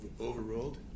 Overruled